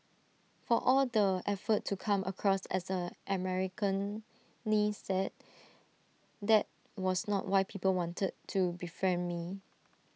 for all the effort to come across as A Americanised that was not why people wanted to befriend me